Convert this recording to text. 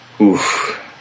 Oof